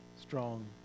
strong